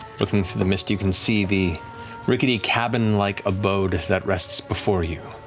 looking through the mist, you can see the rickety cabin-like abode that rests before you,